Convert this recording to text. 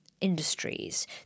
industries